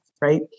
right